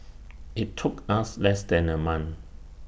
IT took us less than A month